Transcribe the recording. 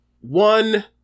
one